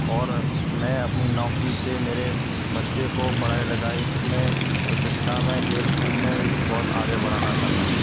और मैं अपनी नौकरी से मेरे बच्चे को पढ़ाई लिखाई में और शिक्षा में खेल कूद में भी बुहत आगे बढ़ाना चाहता हूँ